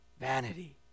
vanity